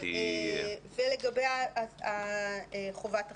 ולגבי חובת ההחלפה,